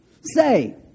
say